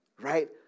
right